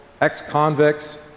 ex-convicts